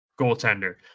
goaltender